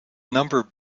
number